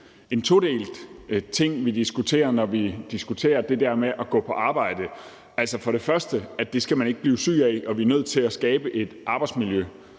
en todelt ting, vi diskuterer, når vi diskuterer det med at gå på arbejde. Først vil jeg sige, at det skal man ikke blive syg af, og at vi er nødt til at skabe et arbejdsmiljø,